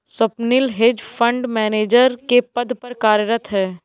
Swapnil hedge fund manager के पद पर कार्यरत है